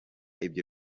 ibyo